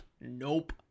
nope